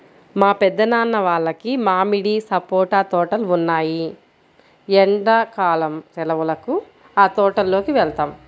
మా పెద్దనాన్న వాళ్లకి మామిడి, సపోటా తోటలు ఉన్నాయ్, ఎండ్లా కాలం సెలవులకి ఆ తోటల్లోకి వెళ్తాం